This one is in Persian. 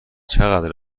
چقدر